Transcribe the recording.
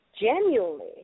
genuinely